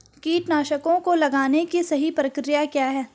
कीटनाशकों को लगाने की सही प्रक्रिया क्या है?